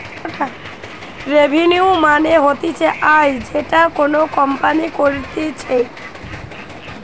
revenue মানে হতিছে আয় যেটা কোনো কোম্পানি করতিছে